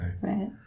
Right